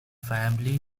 family